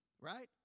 Right